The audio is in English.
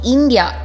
India